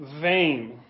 vain